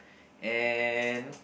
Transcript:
and